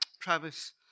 Travis